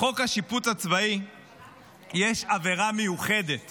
בחוק השיפוט הצבאי יש עבירה מיוחדת